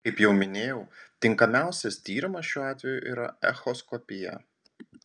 kaip jau minėjau tinkamiausias tyrimas šiuo atveju yra echoskopija